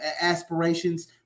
aspirations